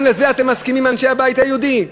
גם לזה אתם מסכימים, אנשי הבית היהודי?